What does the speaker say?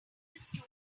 taste